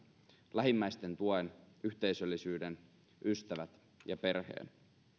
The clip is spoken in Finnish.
lähimmäisten tuen yhteisöllisyyden ystävät ja perheen